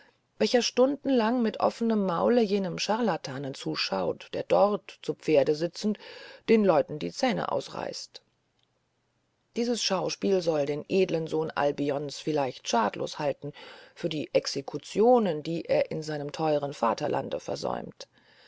welcher stundenlang mit offenem maule jenem scharlatane zuschaut der dort zu pferde sitzend den leuten die zähne ausreißt dieses schauspiel soll den edlen sohn albions vielleicht schadlos halten für die exekutionen die er in seinem teuern vaterlande versäumt